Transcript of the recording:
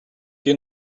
you